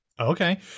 Okay